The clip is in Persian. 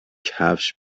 کفش